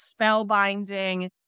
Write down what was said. spellbinding